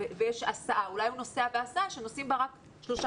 אולי הוא נוסע בהסעה שנוסעים בה רק שלושה